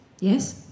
Yes